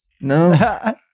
no